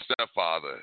stepfather